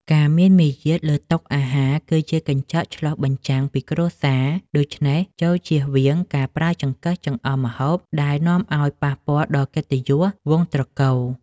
ការមានមារយាទលើតុអាហារគឺជាកញ្ចក់ឆ្លុះបញ្ចាំងពីគ្រួសារដូច្នេះចូរចៀសវាងការប្រើចង្កឹះចង្អុលម្ហូបដែលនាំឱ្យប៉ះពាល់ដល់កិត្តិយសវង្សត្រកូល។